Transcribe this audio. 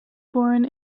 born